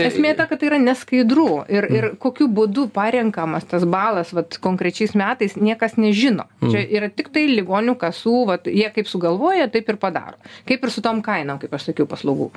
esmė ta kad tai yra neskaidru ir ir kokiu būdu parenkamas tas balas vat konkrečiais metais niekas nežino čia yra tiktai ligonių kasų vat jie kaip sugalvoja taip ir padaro kaip ir su tom kainom kaip aš sakiau paslaugų